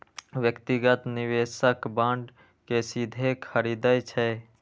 व्यक्तिगत निवेशक बांड कें सीधे खरीदै छै